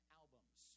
albums